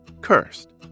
cursed